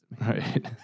Right